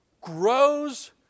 grows